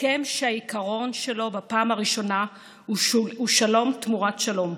הסכם שהעיקרון שלו בפעם הראשונה הוא שלום תמורת שלום,